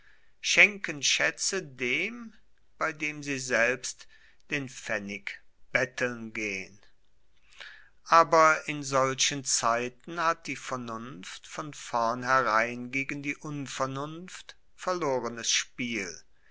schenken schaetze dem bei dem sie selbst den pfennig betteln gehn aber in solchen zeiten hat die vernunft von vornherein gegen die unvernunft verlorenes spiel